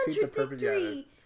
contradictory